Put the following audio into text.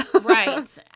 Right